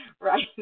Right